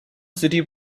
city